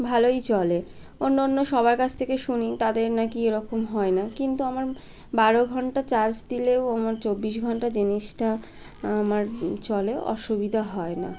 ভালোই চলে অন্য অন্য সবার কাছ থেকে শুনি তাদের নাকি এরকম হয় না কিন্তু আমার বারো ঘন্টা চার্জ দিলেও আমার চব্বিশ ঘন্টা জিনিসটা আমার চলে অসুবিধা হয় না